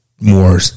more